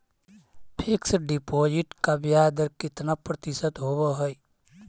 Fix deposit का ब्याज दर कितना प्रतिशत होब है?